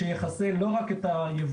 ושיכסה לא רק את היבולים,